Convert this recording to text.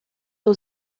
aux